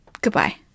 Goodbye